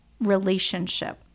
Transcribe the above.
relationship